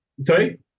sorry